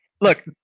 look